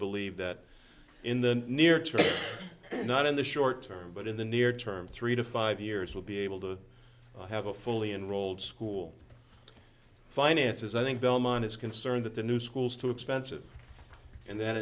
believe that in the near term not in the short term but in the near term three to five years we'll be able to have a fully enrolled school finances i think belmont is concerned that the new schools too expensive and then